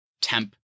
Temp